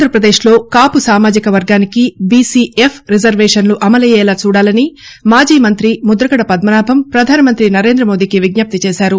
ఆంధ్రపదేశ్లో కాపు సామాజిక వర్గానికి బీసీ ఎఫ్ రిజర్వేషన్లు అమలయ్యేలా చూడాలని మాజీ మంతి ముద్రగడ పద్మనాభం పధానమంతి నరేందమోదీకి విజ్ఞప్తి చేశారు